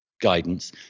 guidance